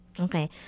Okay